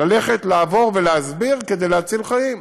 ללכת, לעבור ולהסביר כדי להציל חיים.